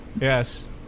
Yes